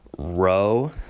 row